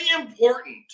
important